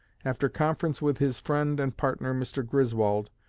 after conference with his friend and partner, mr. griswold,